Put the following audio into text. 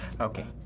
Okay